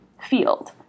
field